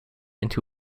into